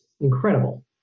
Incredible